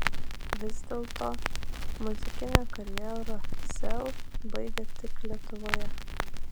vis dėlto muzikinę karjerą sel baigia tik lietuvoje